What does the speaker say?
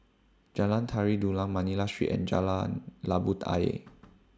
Jalan Tari Dulang Manila Street and Jalan Labu